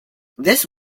this